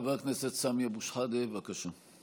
חבר הכנסת סמי אבו שחאדה, בבקשה.